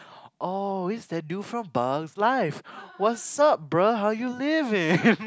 oh is that dude from bug's life what's up bro how you living